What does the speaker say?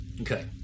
Okay